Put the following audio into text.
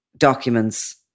documents